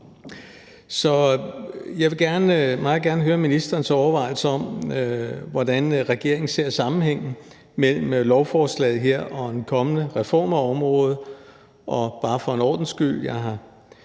jeg vil meget gerne høre ministerens overvejelser om, hvordan regeringen ser sammenhængen mellem lovforslaget her og en kommende reform af området, og bare for en ordens skyld – jeg har